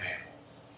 animals